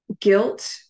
guilt